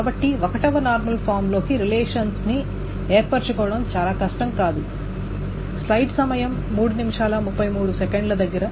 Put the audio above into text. కాబట్టి 1 వ నార్మల్ ఫామ్లోకి రిలేషన్న్ని ఏర్పరుచుకోవడం చాలా కష్టం కాదు